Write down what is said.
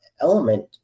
element